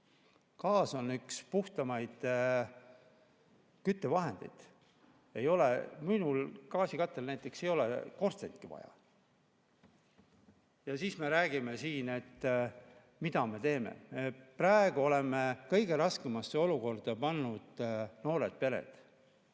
Gaas on üks puhtamaid küttevahendeid, näiteks minu gaasikatlal ei ole korstentki vaja. Ja siis me räägime siin, et mida me teeme. Praegu oleme kõige raskemasse olukorda pannud noored pered,